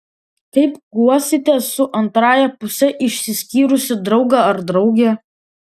kaip guosite su antrąja puse išsiskyrusį draugą ar draugę